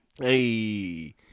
Hey